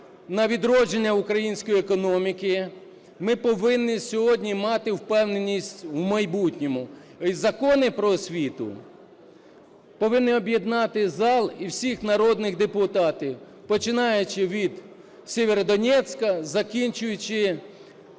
на відродження української економіки, ми повинні сьогодні мати впевненість в майбутньому. І закони про освіту повинні об'єднати зал і всіх народних депутатів, починаючи від Сєвєродонецька, закінчуючи